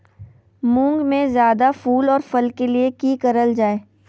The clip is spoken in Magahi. मुंग में जायदा फूल और फल के लिए की करल जाय?